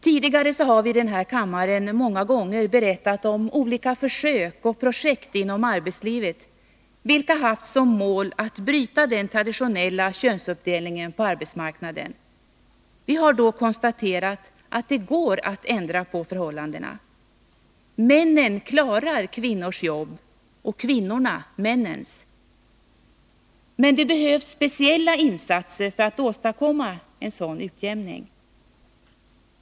Tidigare har vi i den här kammaren många gånger berättat om olika försök och projekt inom arbetslivet vilka haft som mål att bryta den traditionella könsuppdelningen på arbetsmarknaden. Vi har då konstaterat att det går att ändra på förhållandena. Männen klarar kvinnornas jobb och kvinnorna männens! Men det behövs speciella insatser för att åstadkomma en sådan utjämning.